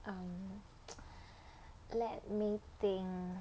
um let me think